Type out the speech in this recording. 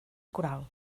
coral